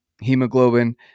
hemoglobin